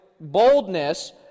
boldness